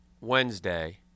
Wednesday